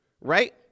right